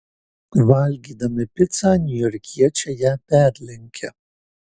valgydami picą niujorkiečiai ją perlenkia